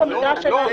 לא במגרש שלנו.